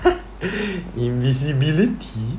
invisibility